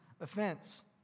offense